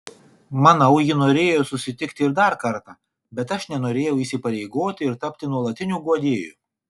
manau ji norėjo susitikti ir dar kartą bet aš nenorėjau įsipareigoti ir tapti nuolatiniu guodėju